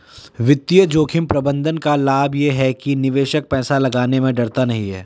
वित्तीय जोखिम प्रबंधन का लाभ ये है कि निवेशक पैसा लगाने में डरता नहीं है